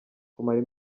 kumara